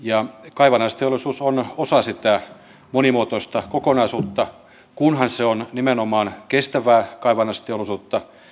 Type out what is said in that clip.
kaivannaisteollisuus on osa sitä monimuotoista kokonaisuutta kunhan se on nimenomaan kestävää kaivannaisteollisuutta